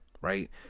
right